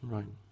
Right